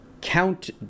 Count